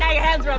ah your hands